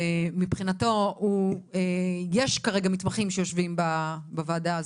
ומבחינתו יש כרגע מתמחים שיושבים בוועדה.